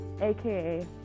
aka